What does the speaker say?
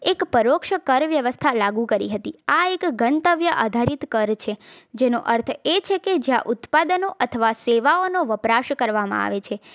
એક પરોક્ષ કર વ્યવસ્થા લાગુ કરી હતી આ એક ગંતવ્ય આધારિત કર છે જેનો અર્થ એ છે કે જ્યાં આ ઉત્પાદનો અથવા સેવાઓનો વપરાશ કરવામાં આવે છે